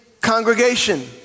congregation